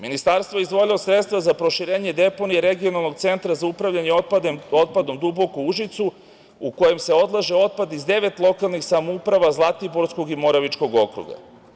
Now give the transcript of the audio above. Ministarstvo je izdvojilo sredstva za proširenje deponije regionalnog centra za upravljanje otpadom Duboko u Užicu, u kojem se odlaže otpad iz devet lokalnih samouprava Zaltiborskog i Moravičkog okruga.